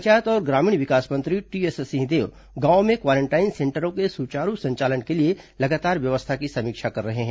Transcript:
पंचायत और ग्रामीण विकास मंत्री टीएस सिंहदेव गांवों में क्वारेंटाइन सेंटरों के सुचारू संचालन के लिए लगातार व्यवस्था की समीक्षा कर रहे हैं